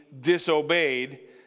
disobeyed